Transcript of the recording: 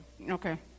Okay